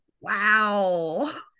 Wow